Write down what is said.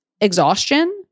exhaustion